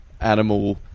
animal